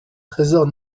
trésors